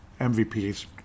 MVPs